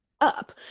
Up